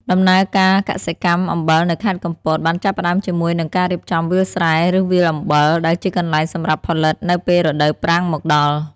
ដំណើរការកសិកម្មអំបិលនៅខេត្តកំពតបានចាប់ផ្តើមជាមួយនឹងការរៀបចំវាលស្រែឬវាលអំបិល ដែលជាកន្លែងសម្រាប់ផលិតនៅពេលរដូវប្រាំងមកដល់។